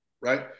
right